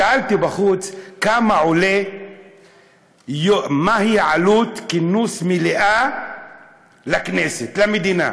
שאלתי בחוץ מהי עלות כינוס מליאה לכנסת, למדינה.